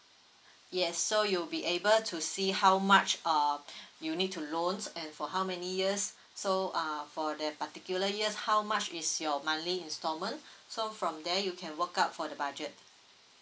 yes so you'll be able to see how much um you need to loans and for how many years so uh for that particular years how much is your monthly installment so from there you can work out for the budget